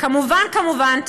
וכמובן כמובן,